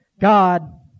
God